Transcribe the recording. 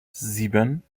sieben